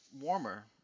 warmer